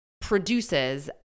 produces